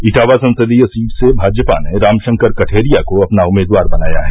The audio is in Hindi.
इटावा संसदीय सीट से भाजपा ने रामशंकर कठेरिया को अपना उम्मीदवार बनाया है